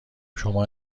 شما